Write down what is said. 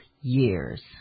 years